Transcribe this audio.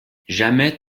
jamais